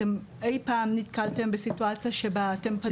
אתם אי פעם נתקלתם בסיטואציה שבה אתם פניתם?